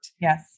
Yes